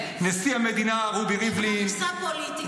של הריסה פוליטית, התכוונת.